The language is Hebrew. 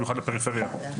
במיוחד לפריפריה.